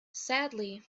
sadly